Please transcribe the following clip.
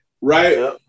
right